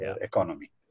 economy